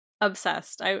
Obsessed